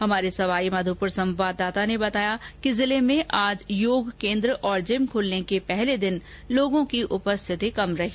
हमारे सवाईमाधोपुर संवाददाता ने बताया कि जिले में आज योग केन्द्र और जिम खुलने के पहले दिन लोगों की उपस्थिति कम रही